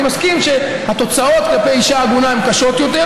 אני מסכים שהתוצאות כלפי אישה עגונה הן קשות יותר,